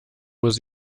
muss